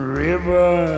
river